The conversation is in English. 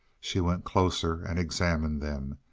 she went closer and examined them,